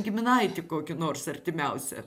giminaitį kokiu nors artimiausią